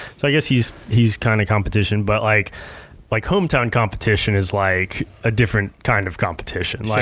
so i guess he's he's kind of competition, but like like hometown competition is like a different kind of competition. like